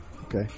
Okay